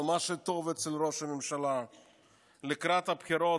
אבל מה שטוב אצל ראש הממשלה הוא שלקראת הבחירות,